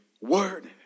word